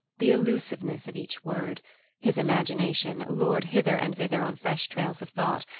the allusiveness of each word his imagination lured hither and thither on fresh trails of thought,